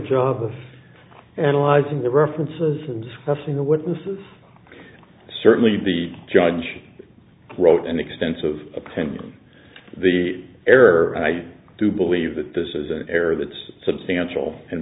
of analyzing the references and discussing the witnesses certainly the judge wrote an extensive opinion the error i do believe that this is an error that's substantial and